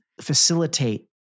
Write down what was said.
facilitate